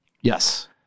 yes